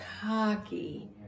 cocky